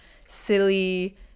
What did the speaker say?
silly